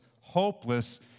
hopeless